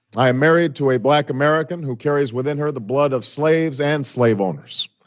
i am married to a black american who carries within her the blood of slaves and slave owners,